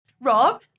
Rob